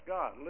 God